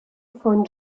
von